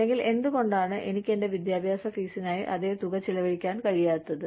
അല്ലെങ്കിൽ എന്തുകൊണ്ടാണ് എനിക്ക് എന്റെ വിദ്യാഭ്യാസ ഫീസിനായി അതേ തുക ചെലവഴിക്കാൻ കഴിയാത്തത്